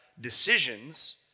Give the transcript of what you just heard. decisions